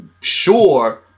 sure